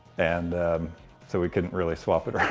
and so we couldn't really swap it around.